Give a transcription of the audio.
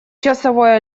часовой